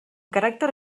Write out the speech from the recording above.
caràcter